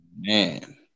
man